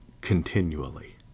continually